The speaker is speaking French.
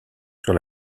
sur